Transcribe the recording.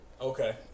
okay